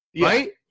right